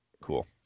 Cool